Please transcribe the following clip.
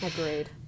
Agreed